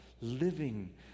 living